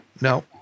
No